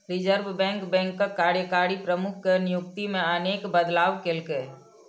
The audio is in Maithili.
रिजर्व बैंक बैंकक कार्यकारी प्रमुख के नियुक्ति मे अनेक बदलाव केलकै